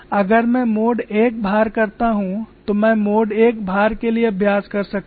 अगर मैं mode I भार करता हूं तो मैं मोड I भार के लिए अभ्यास कर सकता हूं